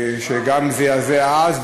שגם זעזעה אז.